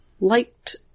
liked